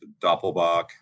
Doppelbach